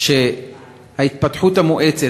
שההתפתחות המואצת,